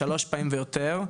שלוש פעמים ויותר,